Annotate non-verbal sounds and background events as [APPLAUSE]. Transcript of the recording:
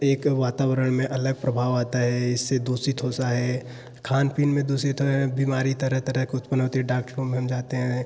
एक वातावरण में अलग प्रभाव आता है इससे दूषित होत है खान पीन में दूषित [UNINTELLIGIBLE] बीमारी तरह तरह के उत्पन्न होती हैं डॉक्टरों में हम जाते हैं